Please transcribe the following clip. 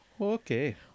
Okay